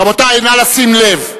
רבותי, נא לשים לב: